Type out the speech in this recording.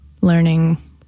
learning